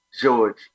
George